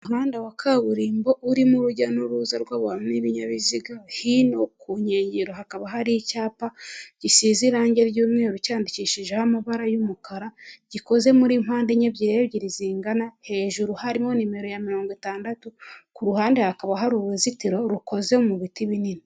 Umuhanda wa kaburimbo urimo urujya n'uruza rw'abantu n'ibinyabiziga, hino ku nkengero hakaba hari icyapa gisize irangi ry'umweru cyanyandikishijeho amabara y'umukara, gikoze muri mpande enye ebyiri ebyiri zingana, hejuru harimo nimero ya mirongo itandatu ku ruhanda hakaba hari uruzitiro rukoze mu biti binini.